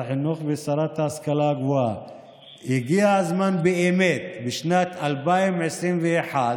המיועדת, הגיע הזמן באמת, בשנת 2021,